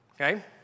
Okay